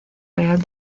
real